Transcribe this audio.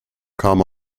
come